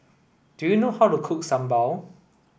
do you know how to cook Sambal